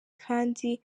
kandi